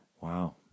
Wow